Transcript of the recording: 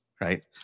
right